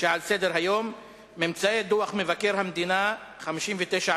שעל סדר-היום: ממצאי דוח מבקר המדינה 59ב,